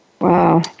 Wow